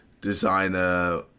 designer